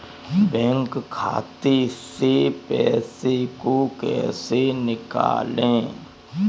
Bank खाते से पैसे को कैसे निकालें?